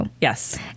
Yes